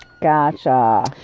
Gotcha